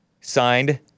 signed